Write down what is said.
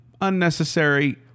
Unnecessary